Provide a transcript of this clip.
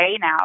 now